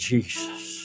Jesus